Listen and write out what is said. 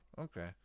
Okay